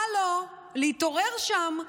הלו, להתעורר שם.